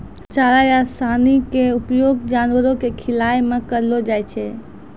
चारा या सानी के उपयोग जानवरों कॅ खिलाय मॅ करलो जाय छै